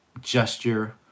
gesture